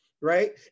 Right